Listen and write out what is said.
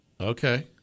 Okay